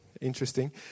interesting